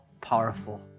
powerful